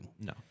No